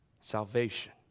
salvation